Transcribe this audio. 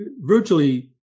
virtually